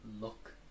look